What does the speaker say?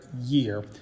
year